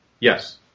yes